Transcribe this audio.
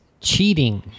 cheating